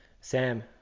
Sam